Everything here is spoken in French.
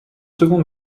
second